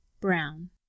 Brown